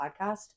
podcast